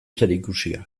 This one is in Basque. zerikusia